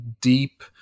deep